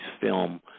film